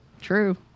True